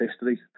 history